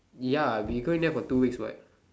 ya we going there for two weeks what